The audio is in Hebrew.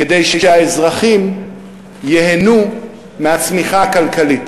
כדי שהאזרחים ייהנו מהצמיחה הכלכלית.